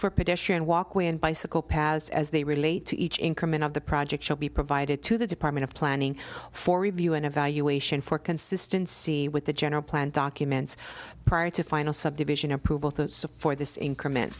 for pedestrian walkway and bicycle paths as they relate to each increment of the project should be provided to the department of planning for review and evaluation for consistency with the general plan documents prior to final subdivision approval to support this increment